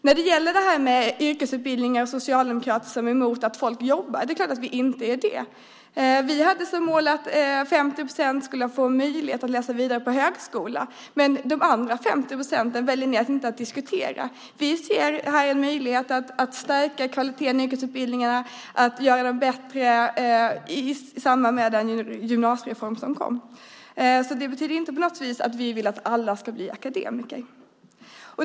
När det gäller yrkesutbildningar och socialdemokrater som är emot att folk jobbar är vi så klart inte det. Vi hade som mål att 50 % skulle få möjlighet att läsa vidare på högskola, men de andra 50 procenten väljer ni att inte diskutera. Vi ser här en möjlighet att stärka kvaliteten i yrkesutbildningarna, att göra dem bättre i samband med den gymnasiereform som kom. Det betyder inte på något vis att vi vill att alla ska bli akademiker.